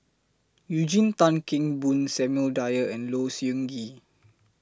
Eugene Tan Kheng Boon Samuel Dyer and Low Siew Nghee